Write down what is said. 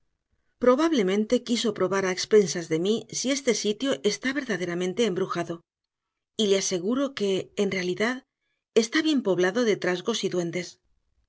probablemente quiso probar a expensas de mí si este sitio está verdaderamente embrujado y le aseguro que en realidad está bien poblado de trasgos y duendes